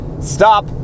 stop